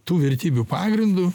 tų vertybių pagrindu